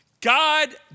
God